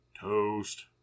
toast